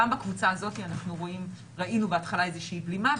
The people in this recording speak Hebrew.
גם בקבוצה הזאת אנחנו ראינו בהתחלה איזושהי בלימה,